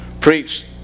preached